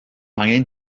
angen